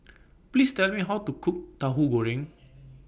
Please Tell Me How to Cook Tauhu Goreng